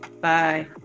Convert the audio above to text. bye